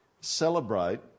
celebrate